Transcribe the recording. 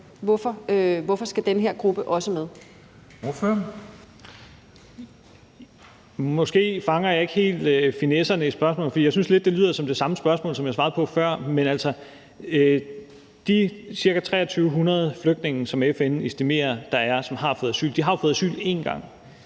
Stoklund (S): Måske fanger jeg ikke helt finesserne i spørgsmålet, for jeg synes lidt, det lyder som det samme spørgsmål, som jeg svarede på før. Men altså, de ca. 2.300 flygtninge, som FN estimerer der er, og som har fået asyl, har jo fået asyl en gang,